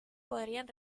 podrían